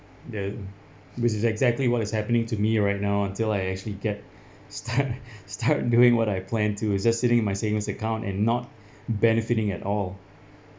then this is exactly what is happening to me right now until I actually get start start doing what I plan to it's just sitting my savings account and not benefiting at all